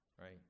Right